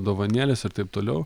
dovanėlės ir taip toliau